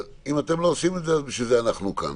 אם אתם לא עושים את זה, בשביל זה אנחנו כאן